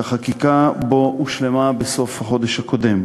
שהחקיקה שלו הושלמה בסוף החודש הקודם,